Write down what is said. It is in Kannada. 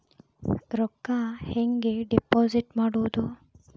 ರೊಕ್ಕ ಹೆಂಗೆ ಡಿಪಾಸಿಟ್ ಮಾಡುವುದು?